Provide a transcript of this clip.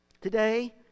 Today